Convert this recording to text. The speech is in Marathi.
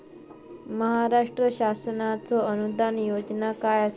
महाराष्ट्र शासनाचो अनुदान योजना काय आसत?